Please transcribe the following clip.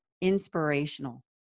inspirational